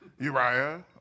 Uriah